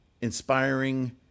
inspiring